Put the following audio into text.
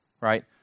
right